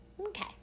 okay